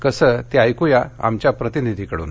कसं ते ऐक्या आमच्या प्रतिनिधीकडून